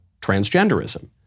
transgenderism